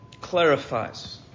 clarifies